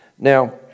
Now